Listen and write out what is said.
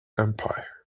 empire